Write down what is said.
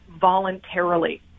voluntarily